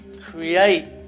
create